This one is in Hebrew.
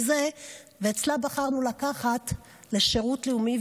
אצלה בחרנו לקחת לשירות לאומי,